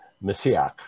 Messiah